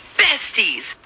besties